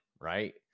right